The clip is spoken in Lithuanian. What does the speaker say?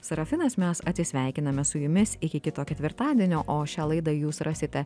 sarafinas mes atsisveikiname su jumis iki kito ketvirtadienio o šią laidą jūs rasite